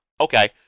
Okay